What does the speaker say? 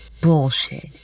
Bullshit